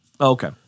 okay